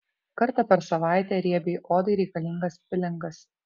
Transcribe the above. kartą per savaitę riebiai odai reikalingas pilingas